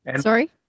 Sorry